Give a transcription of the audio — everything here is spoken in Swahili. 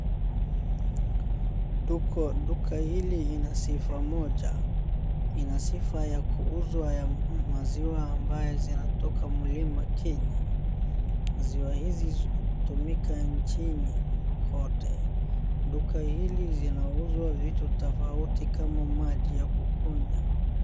Tuko, duka hili ina sifa moja. Ina sifa ya kuuza ya maziwa ambayo zinatoka milima Kenya. Maziwa hizi hutumika nchini kote. Duka hili zinauzwa vitu tafauti kama maji ya kukunya.